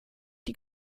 die